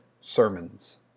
sermons